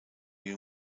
you